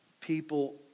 people